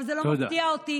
וזה לא מפתיע אותי,